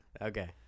Okay